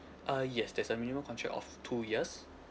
uh yes there's a minimum contract of two years